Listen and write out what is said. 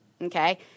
Okay